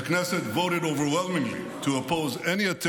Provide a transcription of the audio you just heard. The Knesset voted overwhelmingly to oppose any attempt